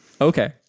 okay